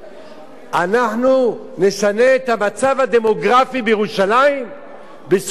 אנחנו נשנה את המצב הדמוגרפי בירושלים בזכות החוק הזה.